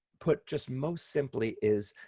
put just most simply, is